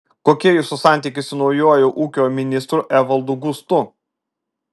kokie jūsų santykiai su naujuoju ūkio ministru evaldu gustu